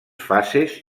fases